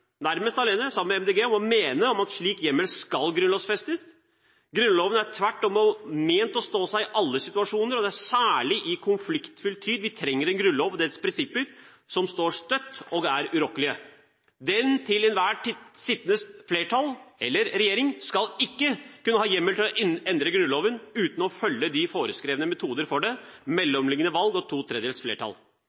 nærmest alene, sammen med MDG – om å mene at slik hjemmel skal grunnlovfestes. Grunnloven er tvert om ment å stå seg i alle situasjoner, og det er særlig i konfliktfylt tid vi trenger at en grunnlov og dens prinsipper står støtt og er urokkelige. Det til enhver tid sittende flertall – eller regjering – skal ikke kunne ha hjemmel til endre Grunnloven uten å følge de foreskrevne metoder for det: mellomliggende valg og to tredjedels flertall.